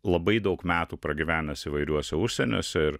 labai daug metų pragyvenęs įvairiuose užsieniuose ir